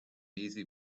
easy